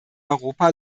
europa